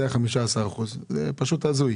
זה היה 15%. פשוט הזוי.